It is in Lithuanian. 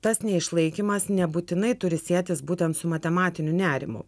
tas neišlaikymas nebūtinai turi sietis būtent su matematiniu nerimu